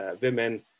women